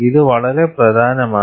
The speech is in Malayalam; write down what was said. ഇത് വളരെ പ്രധാനമാണ്